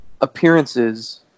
appearances